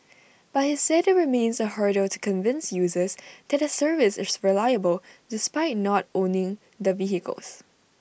but he said IT remains A hurdle to convince users that the service is reliable despite not owning the vehicles